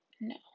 No